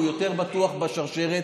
והוא יותר בטוח בשרשרת,